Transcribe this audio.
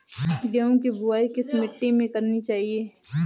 गेहूँ की बुवाई किस मिट्टी में करनी चाहिए?